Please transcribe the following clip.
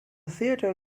theatre